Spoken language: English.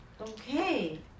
okay